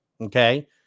Okay